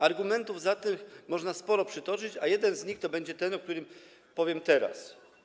Argumentów za tym można sporo przytoczyć, a jednym z nich będzie ten, o którym powiem teraz.